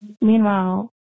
Meanwhile